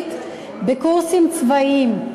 אזרחית בקורסים צבאיים.